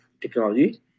technology